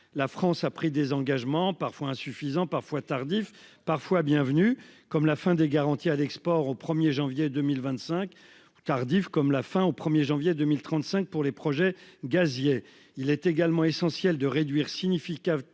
La France a pris des engagements parfois insuffisants parfois tardif parfois bienvenu, comme la fin des garanties à l'export, au 1er janvier 2025 tardive comme la fin au 1er janvier 2035 pour les projets gaziers. Il est également essentiel de réduire significativement